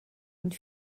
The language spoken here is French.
une